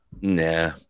nah